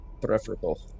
preferable